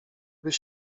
byś